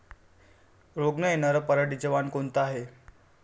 रोग न येनार पराटीचं वान कोनतं हाये?